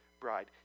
bride